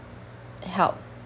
help